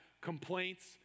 complaints